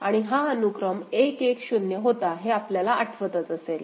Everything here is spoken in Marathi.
आणि हा अनुक्रम 1 1 0 होता हे आपल्याला आठवतच असेल